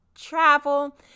travel